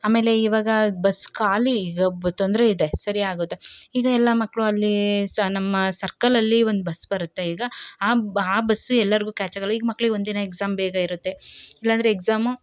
ಆಮೇಲೆ ಇವಾಗ ಬಸ್ ಖಾಲಿ ಈಗ ಬ ತೊಂದರೆಯಿದೆ ಸರಿಯಾಗುತ್ತೆ ಈಗ ಎಲ್ಲ ಮಕ್ಕಳು ಅಲ್ಲಿ ಸ ನಮ್ಮ ಸರ್ಕಲ್ ಅಲ್ಲಿ ಒಂದು ಬಸ್ ಬರುತ್ತೆ ಈಗ ಆ ಬಸ್ಸು ಎಲ್ಲರಿಗೂ ಕ್ಯಾಚ್ ಆಗಲ್ಲ ಈಗ ಮಕ್ಳಿಗೆ ಒಂದು ದಿನ ಎಕ್ಸಾಮ್ ಬೇಗ ಇರುತ್ತೆ ಇಲ್ಲ ಅಂದರೆ ಎಕ್ಸಾಮ